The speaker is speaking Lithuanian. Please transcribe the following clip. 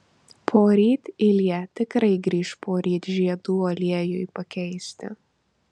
poryt ilja tikrai grįš poryt žiedų aliejui pakeisti